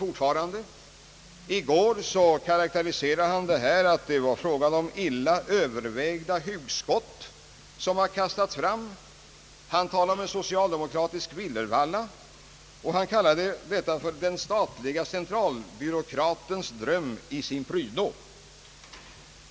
I går karakteriserade han detta förslag så att det var ett »illa övervägda hugskott som kastats fram», han talade om socialdemokratisk »villervalla« och kallade detta för >den statliga centralbyråkratens dröm i sin prydno».